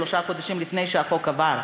שלושה חודשים לפני שהחוק עבר.